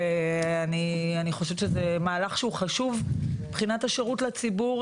ואני חושבת שזה מהלך חשוב מבחינת השירות לציבור,